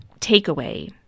takeaway